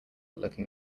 looking